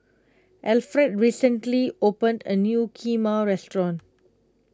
Alferd recently opened a new Kheema restaurant